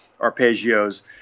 arpeggios